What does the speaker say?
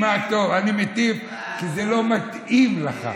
תשמע טוב, אני מטיף, כי זה לא מתאים לך.